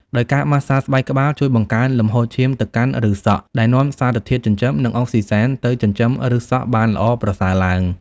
ដោយការម៉ាស្សាស្បែកក្បាលជួយបង្កើនលំហូរឈាមទៅកាន់ឫសសក់ ដែលនាំសារធាតុចិញ្ចឹម និងអុកស៊ីហ្សែនទៅចិញ្ចឹមឫសសក់បានល្អ ប្រសើរឡើង។